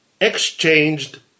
exchanged